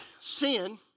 sin